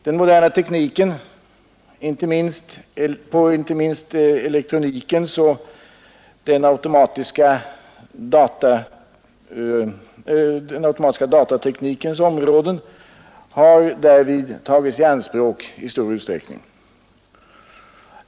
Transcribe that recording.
Den moderna tekniken, inte minst på elektronikens och den automatiska datateknikens områden, har därvid tagits i anspråk i stor utsträckning.